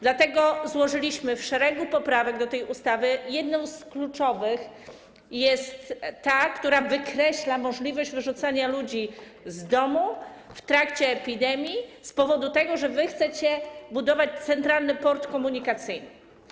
Dlatego w szeregu poprawek, jakie złożyliśmy do tej ustawy, jedną z kluczowych jest ta, która wykreśla możliwość wyrzucania ludzi z domu w trakcie epidemii z powodu tego, że chcecie budować Centralny Port Komunikacyjny.